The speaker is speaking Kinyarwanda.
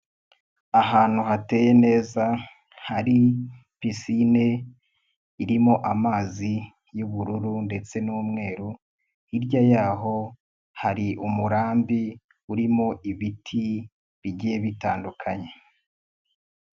Ahantu hateye neza, hari pisine, irimo amazi y'ubururu ndetse n'umweru, hirya y'ho hari umurambi, urimo ibiti bijye bitandukanye.